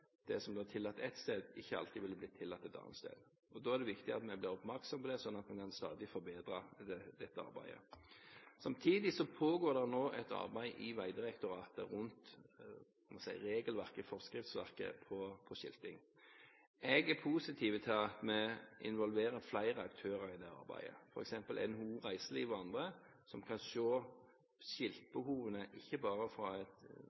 det som er tillatt ett sted, ikke alltid ville blitt tillatt et annet sted. Da er det viktig at vi blir oppmerksom på det, sånn at vi stadig kan forbedre dette arbeidet. Samtidig pågår det nå et arbeid i Vegdirektoratet rundt regelverket – forskriftsverket – for skilting. Jeg er positiv til at vi involverer flere aktører i det arbeidet, f.eks. NHO Reiseliv og andre, som kan se skiltbehovene ikke bare fra et